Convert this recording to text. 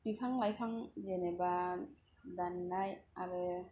बिफां लाइफां जेनेबा दाननाय आरो